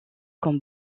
comme